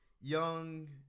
young